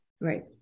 Right